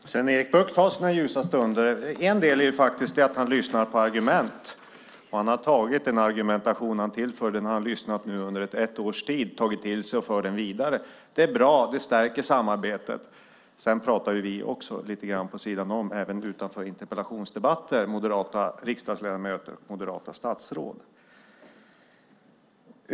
Fru talman! Sven-Erik Bucht har sina ljusa stunder. En del i det avseendet är att han faktiskt lyssnar på argument. Efter att under ett års tid ha lyssnat till argumentationen har han tagit den till sig och för den vidare. Det är bra. Det stärker samarbetet. Sedan är det så att vi pratar också lite grann vid sidan om, för även utanför interpellationsdebatter pratar vi moderata riksdagsledamöter och moderata statsråd.